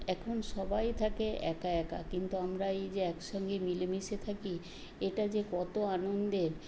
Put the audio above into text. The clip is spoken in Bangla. এখন সবাই থাকে একা একা কিন্তু আমরা এই যে একসঙ্গে মিলেমিশে থাকি এটা যে কত আনন্দের